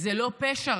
זה לא רק פשע,